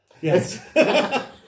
Yes